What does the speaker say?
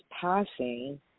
passing